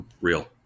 Real